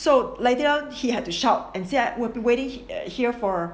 so later on he had to shout and said we have been waiting here for